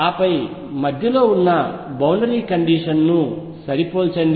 ఆపై మధ్యలో ఉన్న బౌండరీ కండిషన్ ని సరిపోల్చండి